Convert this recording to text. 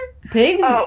Pigs